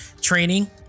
training